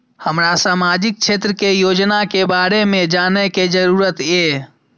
हमरा सामाजिक क्षेत्र के योजना के बारे में जानय के जरुरत ये?